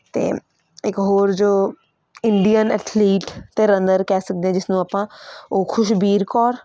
ਅਤੇ ਇੱਕ ਹੋਰ ਜੋ ਇੰਡੀਅਨ ਅਥਲੀਟ ਅਤੇ ਰਨਰ ਕਹਿ ਸਕਦੇ ਜਿਸਨੂੰ ਆਪਾਂ ਉਹ ਖੁਸ਼ਬੀਰ ਕੌਰ